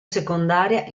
secondaria